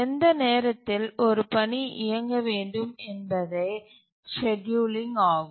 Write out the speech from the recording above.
எந்த நேரத்தில் ஒரு பணி இயங்க வேண்டும் என்பதே ஷெட்யூலிங் ஆகும்